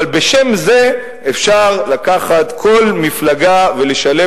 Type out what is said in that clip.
אבל בשם זה אפשר לקחת כל מפלגה ולשלם